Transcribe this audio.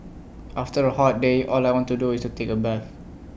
after A hot day all I want to do is to take A bath